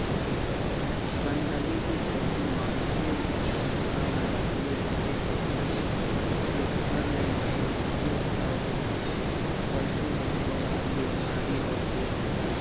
गंदगी के चलते माछी अउ भुसड़ी ढेरे होथे, जेखर ले मइनसे अउ पसु दूनों ल बेमारी होथे